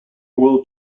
world